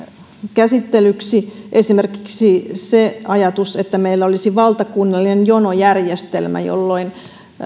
käsittelyksi esimerkiksi se ajatus että meillä olisi valtakunnallinen jonojärjestelmä jolloin